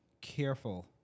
careful